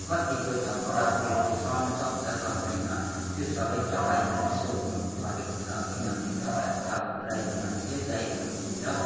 कतिको छ बुढाबुढीहरूले सहनु सक्छ सक्दैन त्यो सबै तपाईँलाई नै सोध्नुपरेको छ किनभने तपाईँहरू त ड्राइभर मान्छे जाइरहनुहुन्छ